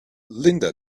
linda